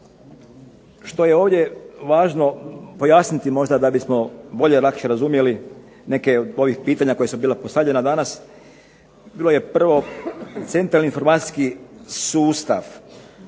Što je ovdje važno pojasniti možda da bismo bolje lakše razumjeli neke od ovih pitanja koja su bila postavljena danas. Bilo je prvo, centralni informacijski sustav.